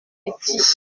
petit